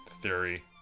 Theory